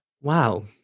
wow